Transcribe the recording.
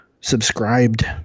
subscribed